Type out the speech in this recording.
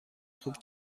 خوب